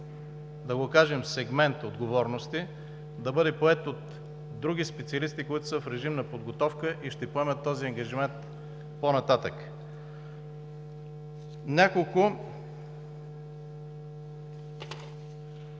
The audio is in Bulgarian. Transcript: да го кажем „сегмент“ отговорности, да бъде поет от други специалисти, които са в режим на подготовка и ще поемат този ангажимент по-нататък. Няколко